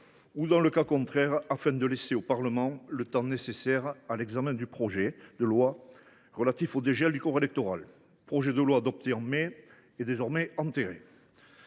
ou, dans le cas contraire, afin de laisser au Parlement le temps nécessaire à l’examen du projet de loi relatif au dégel du corps électoral. Adopté en mai, celui ci est désormais enterré.